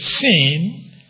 sin